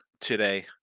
today